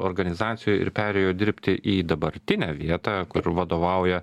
organizacijoj ir perėjo dirbti į dabartinę vietą kur vadovauja